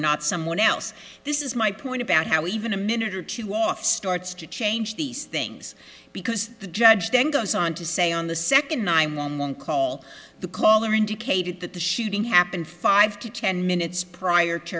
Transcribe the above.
not someone else this is my point about how even a minute or two off starts to change these things because the judge then goes on to say on the second nine one one call the caller indicated that the shooting happened five to ten minutes prior to